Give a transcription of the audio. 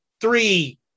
three